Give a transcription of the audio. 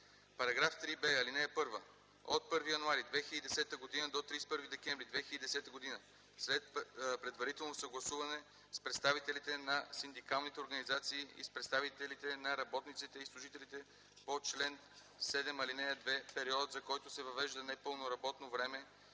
така: “§ 3б. (1) От 1 януари 2010 г. до 31 декември 2010 г. след предварително съгласуване с представителите на синдикалните организации и с представителите на работниците и служителите по чл. 7, ал. 2 периодът, за който се въвежда непълното работно време